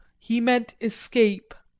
he meant escape.